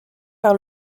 par